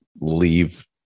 leave